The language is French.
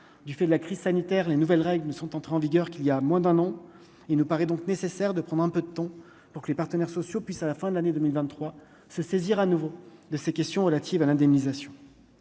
du fait de la crise sanitaire, les nouvelles règles ne sont entrées en vigueur, qu'il y a moins d'un an et ne paraît donc nécessaire de prendre un peu de temps pour que les partenaires sociaux puissent, à la fin de l'année 2023 se saisir à nouveau de ces questions relatives à l'indemnisation,